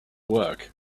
work